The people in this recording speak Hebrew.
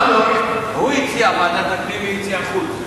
הוא הציע ועדת הפנים והיא הציעה חוץ.